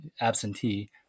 absentee